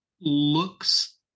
looks